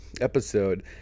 episode